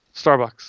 Starbucks